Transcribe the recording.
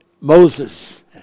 Moses